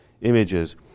images